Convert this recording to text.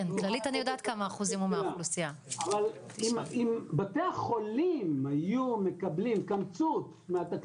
אבל אם בתי החולים היו מקבלים קמצוץ מהתקציב,